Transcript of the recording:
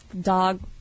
Dog